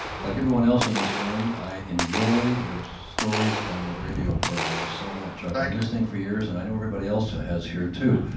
like everyone else in this room, i enjoy your stories on the radio programs so much. but i've been listening for years and i know everybody else has here too.